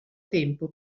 tempo